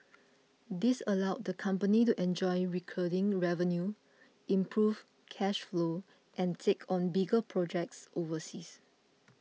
this allows the company to enjoy recurring revenue improve cash flow and take on bigger projects overseas